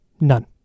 none